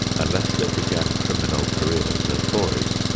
unless they began criminal careers as boys.